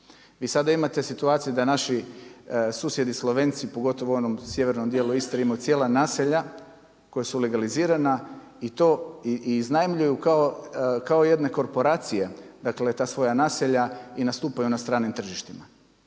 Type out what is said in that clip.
Vi sada imate situaciju da naši susjedi Slovenci, pogotovo u onom sjevernom dijelu Istre ima cijela naselja koja su legalizirana i to iznajmljuju kao jedne korporacije, dakle ta svoj naselja i nastupaju na stranim tržištima.